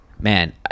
man